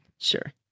Sure